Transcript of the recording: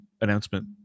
announcement